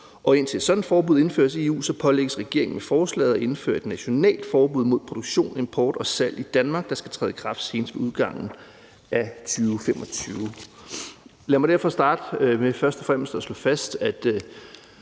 Indtil sådan et forbud indføres i EU, pålægges regeringen med forslaget at indføre et nationalt forbud mod produktion, import og salg i Danmark, der skal træde i kraft senest med udgangen af 2025. Lad mig derfor starte med først og